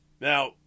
Now